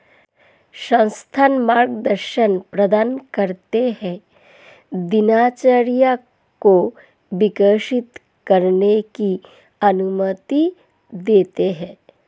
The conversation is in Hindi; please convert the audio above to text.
संस्थान मार्गदर्शन प्रदान करते है दिनचर्या को विकसित करने की अनुमति देते है